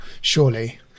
surely